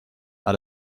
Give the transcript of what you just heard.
out